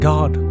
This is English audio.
God